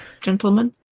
gentlemen